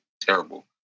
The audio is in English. terrible